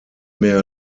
mehr